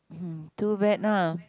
hmm too bad lah